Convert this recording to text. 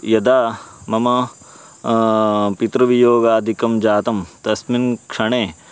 यदा मम पितृवियोगादिकं जातं तस्मिन् क्षणे